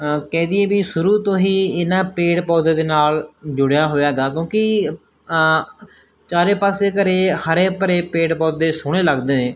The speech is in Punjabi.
ਕਹਿ ਦਈਏ ਵੀ ਸ਼ੁਰੂ ਤੋਂ ਹੀ ਇਹਨਾਂ ਪੇੜ ਪੌਦੇ ਦੇ ਨਾਲ ਜੁੜਿਆ ਹੋਇਆ ਗਾ ਕਿਉਂਕਿ ਚਾਰੇ ਪਾਸੇ ਘਰ ਹਰੇ ਭਰੇ ਪੇੜ ਪੌਦੇ ਸੋਹਣੇ ਲੱਗਦੇ ਨੇ